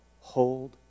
Hold